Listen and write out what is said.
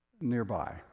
nearby